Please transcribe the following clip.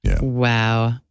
Wow